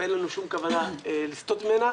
ואין לנו שום כוונה לסטות ממנה.